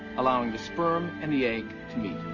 allowing the sperm and the egg to meet.